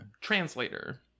translator